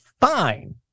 fine